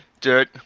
dirt